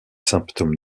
symptômes